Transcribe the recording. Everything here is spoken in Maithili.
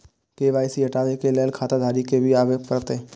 के.वाई.सी हटाबै के लैल खाता धारी के भी आबे परतै?